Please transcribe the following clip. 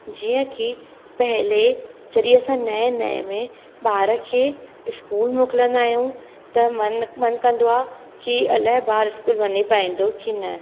जीअं की पहिले जॾहिं असां नए नए में ॿार खे स्कूल मोकिलिंदा आहियूं त मनु मनु कंदो आहे की अलाए ॿार स्कूल वञी पाईंदो की न